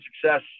success